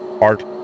art